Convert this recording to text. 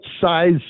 size